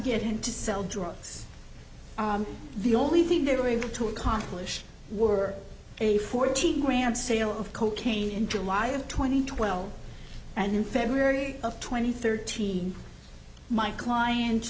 get him to sell drugs the only thing they were able to accomplish were a fourteen grand sale of cocaine in july of two thousand and twelve and in february of twenty thirteen my client